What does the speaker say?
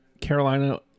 carolina